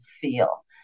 feel